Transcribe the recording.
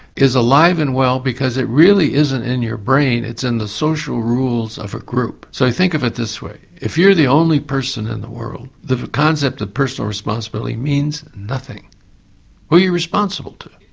is alive and well because it really isn't in your brain, it's in the social rules of a group. so think of it this way, if you're the only person in the world, the concept of personal responsibility means nothing. who are you responsible to?